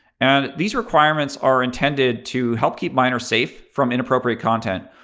and these requirements are intended to help keep minors safe from inappropriate content.